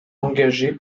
engagé